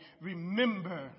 remember